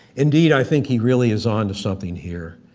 indeed i think he really is onto something here,